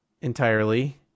Entirely